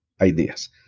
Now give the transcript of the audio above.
ideas